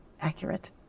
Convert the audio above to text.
accurate